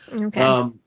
Okay